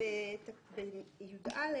בתקנה (יא),